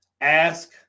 Ask